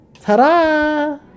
Ta-da